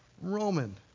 Roman